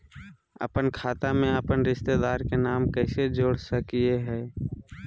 अपन खाता में अपन रिश्तेदार के नाम कैसे जोड़ा सकिए हई?